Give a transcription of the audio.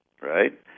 right